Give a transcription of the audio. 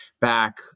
back